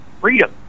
freedom